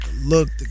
look